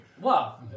Wow